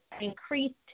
increased